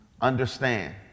Understand